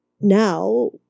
now